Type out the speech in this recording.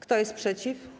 Kto jest przeciw?